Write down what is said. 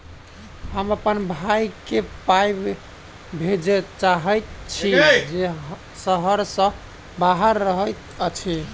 हम अप्पन भयई केँ पाई भेजे चाहइत छि जे सहर सँ बाहर रहइत अछि